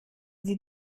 sie